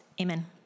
Amen